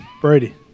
Brady